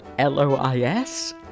LOIS